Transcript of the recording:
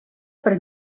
per